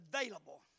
available